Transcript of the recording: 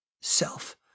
self